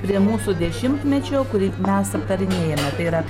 prie mūsų dešimtmečio kurį mes aptarinėjame tai yra